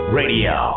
radio